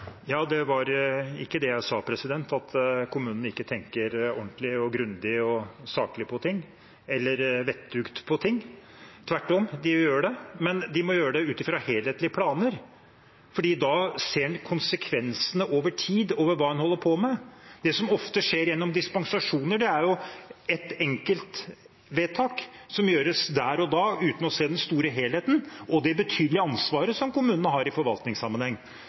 Det var ikke det jeg sa – at ikke kommunene tenker ordentlig, grundig og saklig på ting eller ikke er vettuge. Tvert om – det gjør de. Men de må gjøre det ut fra helhetlige planer, for da ser en konsekvensene over tid av det en holder på med. Det som ofte skjer gjennom dispensasjoner, er enkeltvedtak som gjøres der og da, uten å se den store helheten og det betydelige ansvaret som kommunene har i forvaltningssammenheng.